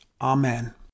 Amen